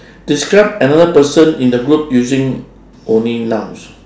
describe another person in the group using only nouns